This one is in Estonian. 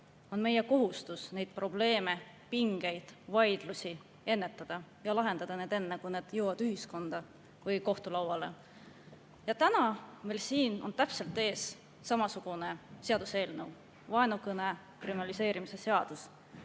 on meie kohustus neid probleeme, pingeid ja vaidlusi ennetada ja lahendada need enne, kui need jõuavad ühiskonda või kohtu lauale. Täna on meil siin just selline seaduseelnõu: vaenukõne kriminaliseerimise seadus,